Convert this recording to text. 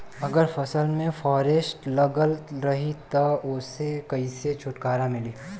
अगर फसल में फारेस्ट लगल रही त ओस कइसे छूटकारा मिली?